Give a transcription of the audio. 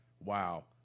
Wow